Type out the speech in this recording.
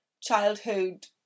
childhood